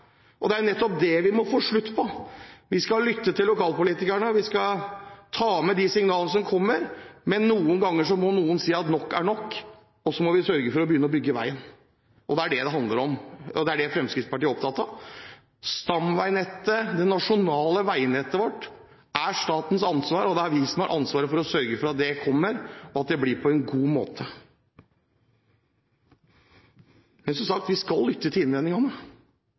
Det er nettopp det vi må få slutt på. Vi skal lytte til lokalpolitikerne, vi skal ta med de signalene som kommer. Men noen ganger må noen si at nok er nok, og så må vi sørge for å begynne å bygge veien. Det er det det handler om, og det er det Fremskrittspartiet er opptatt av. Stamveinettet, det nasjonale veinettet vårt, er statens ansvar, og det er vi som har ansvaret for å sørge for at det kommer, og at det blir på en god måte. Som sagt: Vi skal lytte til innvendingene,